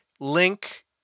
link